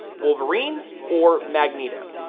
wolverine or magneto?